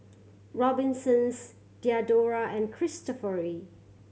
Robinsons Diadora and Cristofori